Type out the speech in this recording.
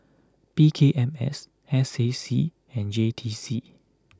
P K M S S A C and J T C